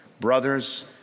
Brothers